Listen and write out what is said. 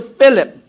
Philip